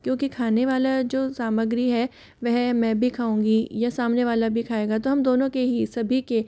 क्योंकि खाने वाला जो सामग्री है वह मैं भी खाऊंगी या सामने वाला भी खाएगा तो हम दोनों के ही सभी के